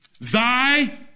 Thy